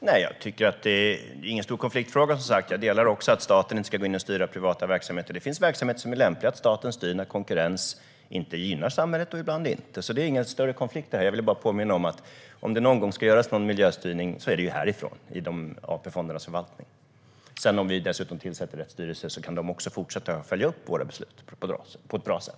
Herr talman! Jag tycker som sagt inte att det är någon stor konfliktfråga. Jag håller med om att staten inte ska gå in och styra privata verksamheter. Det finns verksamheter som det är lämpligt att staten styr när konkurrens inte gynnar samhället och andra där det inte är lämpligt. Så detta är ingen större konflikt; jag ville bara påminna om att om miljöstyrning av AP-fondernas förvaltning någon gång ska göras ska det ske härifrån. Om vi sedan dessutom tillsätter rätt styrelser kan de också fortsätta att följa upp våra beslut på ett bra sätt.